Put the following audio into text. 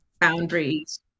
boundaries